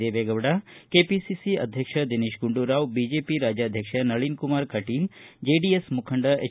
Deve Gowda KPCC ಅಧ್ಯಕ್ಷ Dinesh Gundu Rao BJP ರಾಜ್ಯಾಧ್ಯಕ್ಷ Nalin Kumar Kateel JDS ಮುಖಂಡ ಎಚ್